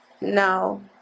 No